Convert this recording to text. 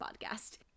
podcast